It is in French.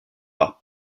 par